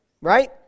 right